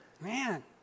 Man